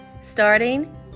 starting